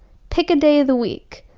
pick a day of the week,